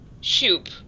Shoop